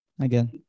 Again